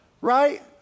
right